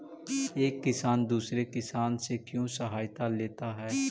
एक किसान दूसरे किसान से क्यों सहायता लेता है?